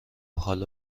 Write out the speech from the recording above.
حالا